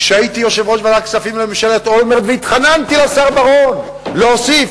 כשהייתי יושב-ראש ועדת כספים בממשלת אולמרט והתחננתי לשר בר-און להוסיף,